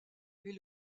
mais